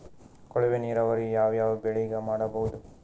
ಕೊಳವೆ ನೀರಾವರಿ ಯಾವ್ ಯಾವ್ ಬೆಳಿಗ ಮಾಡಬಹುದು?